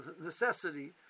necessity